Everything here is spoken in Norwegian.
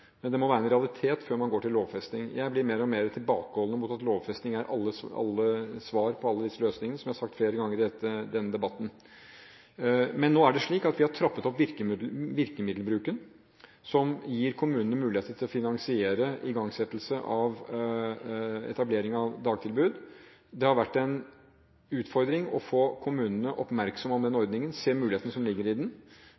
men det må være en realitet før man går til lovfesting. Jeg blir mer og mer tilbakeholden med hensyn til at lovfesting er svar på alle disse løsningene – som jeg har sagt flere ganger i denne debatten. Nå er det slik at vi har trappet opp virkemiddelbruken som gir kommunene muligheter til å finansiere igangsettelse av etablering av dagtilbud. Det har vært en utfordring å få kommunene oppmerksomme på denne ordningen og se mulighetene som ligger i den.